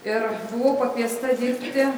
ir buvau pakviesta dirbti